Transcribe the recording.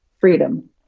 freedom